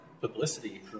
publicity